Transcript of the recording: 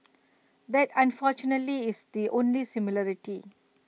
that unfortunately is the only similarity